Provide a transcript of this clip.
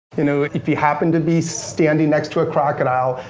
you know, if you happen to be standing next to a crocodile,